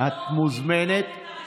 לא למחוק את הרשות המחוקקת.